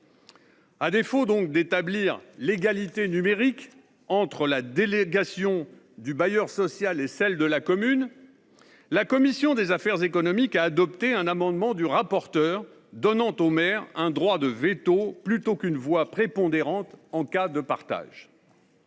À défaut d’établir l’égalité numérique entre la délégation du bailleur social et celle de la commune, la commission des affaires économiques a adopté un amendement du rapporteur visant à donner au maire un droit de veto plutôt qu’une voix prépondérante en cas de partage.